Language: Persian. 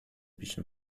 پیش